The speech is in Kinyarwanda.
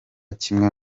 kimwe